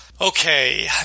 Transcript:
Okay